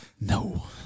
No